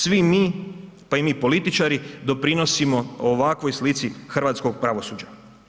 Svi mi pa i mi političari doprinosimo ovakvoj slici hrvatskog pravosuđa.